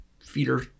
feeder